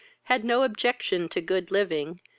had no objection to good living,